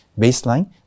baseline